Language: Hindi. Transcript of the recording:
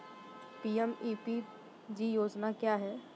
पी.एम.ई.पी.जी योजना क्या है?